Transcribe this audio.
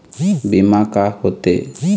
बीमा का होते?